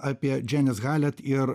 apie dženis halet ir tu